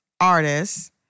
artists